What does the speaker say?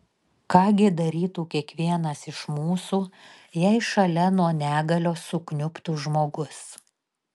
ką gi darytų kiekvienas iš mūsų jei šalia nuo negalios sukniubtų žmogus